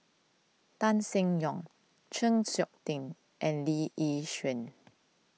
Tan Seng Yong Chng Seok Tin and Lee Yi Shyan